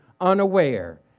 unaware